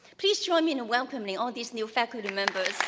please join me in welcoming all these new faculty members.